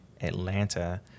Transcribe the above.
Atlanta